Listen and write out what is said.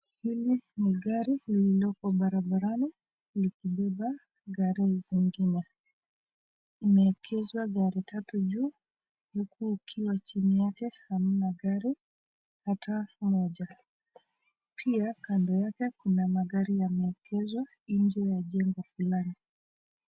Hili ni gari lililoko barabarani likibeba gari zingine. Limeekezwa gari tatu juu huku kukiwa chini yake hamna gari hata moja. Pia kando yake kuna magari yameekezwa nje ya jengo fulani.